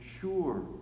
sure